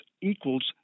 equals